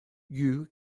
you